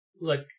look